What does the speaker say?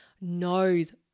knows